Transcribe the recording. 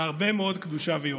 והרבה מאוד קדושה ויופי.